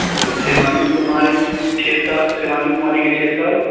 शिवानी कुमारी छओ साल शिवानी कुमारी के छओ साल